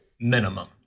minimum